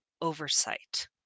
oversight